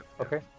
okay